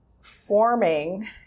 forming